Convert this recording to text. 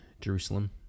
Jerusalem